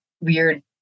weird